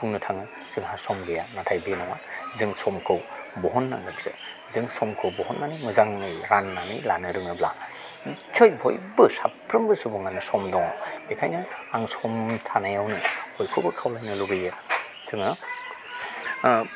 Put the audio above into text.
बुंनो थाङो जोंहा सम गैया नाथाय बे नङा जों समखौ बहननानैसो जों समखौ बहननानै मोजाङै राननानै लानो रोङोब्ला निस्चय बयबो साफ्रोमबो सुबुङानो सम दङ बेखायनो आं सम थानायावनो बयखौबो खावलायनो लुगैयो जोङो